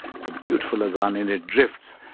the beautiful azan. and it drifts.